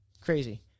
crazy